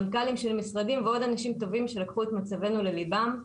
מנכ"לים של משרדים ועוד אנשים טובים שלקחו את מצבנו לליבם.